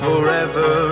Forever